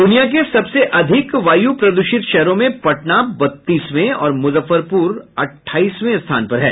द्रनिया के सबसे अधिक वायु प्रदूषित शहरों में पटना बत्तीसवें और मुजफ्फरपुर अट्ठाईसवें स्थान पर है